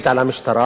רצועת-עזה,